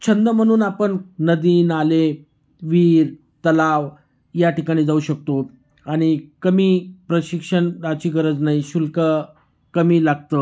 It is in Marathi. छंद म्हणून आपण नदी नाले विहीर तलाव या ठिकाणी जाऊ शकतो आणि कमी प्रशिक्षणाची गरज नाही शुल्क कमी लागतं